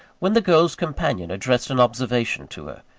when the girl's companion addressed an observation to her.